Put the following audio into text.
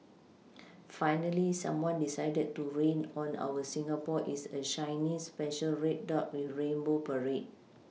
finally someone decided to rain on our Singapore is a shiny special red dot with rainbow parade